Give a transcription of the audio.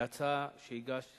בהצעה שהגשת